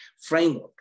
framework